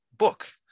Book